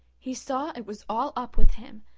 he saw it was all up with him,